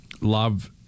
Love –